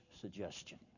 suggestion